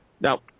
Now